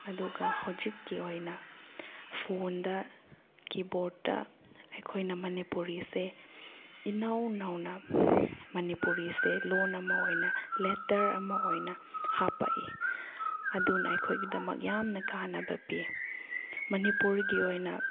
ꯑꯗꯨꯒ ꯍꯧꯖꯤꯛꯀꯤ ꯑꯣꯏꯅ ꯐꯣꯟꯗ ꯀꯤꯕꯣꯔꯠꯇ ꯑꯩꯈꯣꯏꯅ ꯃꯅꯤꯄꯨꯔꯤꯁꯦ ꯏꯅꯧ ꯅꯧꯅ ꯃꯅꯤꯄꯨꯔꯤꯁꯦ ꯂꯣꯜ ꯑꯃ ꯑꯣꯏꯅ ꯂꯦꯇꯔ ꯑꯃ ꯑꯣꯏꯅ ꯍꯥꯞꯄꯛꯏ ꯑꯗꯨꯅ ꯑꯩꯈꯣꯏꯒꯤꯗꯃꯛ ꯌꯥꯝꯅ ꯀꯥꯟꯅꯕ ꯄꯤ ꯃꯅꯤꯄꯨꯔꯒꯤ ꯑꯣꯏꯅ